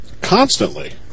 Constantly